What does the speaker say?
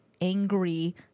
angry